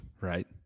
right